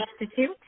Institute